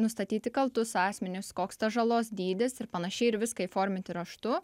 nustatyti kaltus asmenis koks tas žalos dydis ir panašiai ir viską įforminti raštu